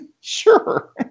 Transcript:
Sure